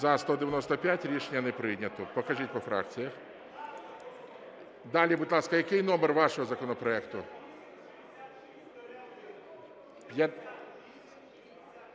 За-195 Рішення не прийнято. Покажіть по фракціях. Далі, будь ласка, який номер вашого законопроекту?